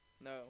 no